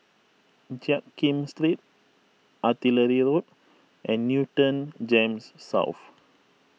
Jiak Kim Street Artillery Road and Newton Gems South